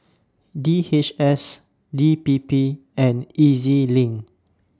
D H S D P P and E Z LINK